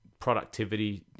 productivity